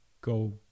go